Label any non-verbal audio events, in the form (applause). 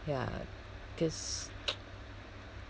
ya this (noise)